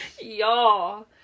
Y'all